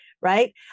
Right